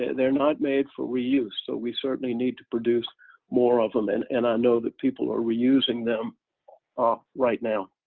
they're not made for reuse so we certainly need to produce more of them. and and i know that people are reusing them ah right now.